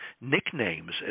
nicknames